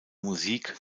musik